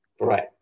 Right